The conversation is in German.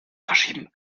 verschieben